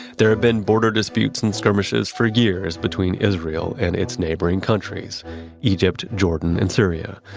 there had been border disputes and skirmishes for years between israel and its neighboring countries egypt, jordan, and syria.